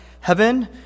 heaven